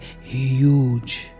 huge